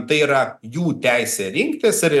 tai yra jų teisė rinktis ir